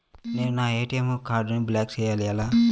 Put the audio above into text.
నేను నా ఏ.టీ.ఎం కార్డ్ను బ్లాక్ చేయాలి ఎలా?